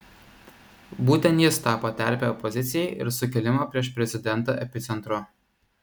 būtent jis tapo terpe opozicijai ir sukilimo prieš prezidentą epicentru